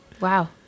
Wow